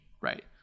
Right